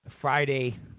Friday